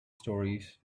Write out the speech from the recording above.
stories